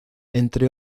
entre